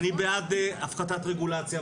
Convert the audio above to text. אני בעד הפחתת רגולציה,